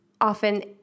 often